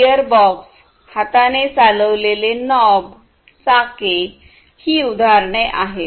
gear box हाताने चालवलेले knob चाके ही उदाहरणे आहेत